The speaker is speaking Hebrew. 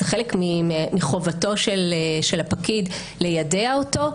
זה חלק מחובתו של הפקיד ליידע אותו.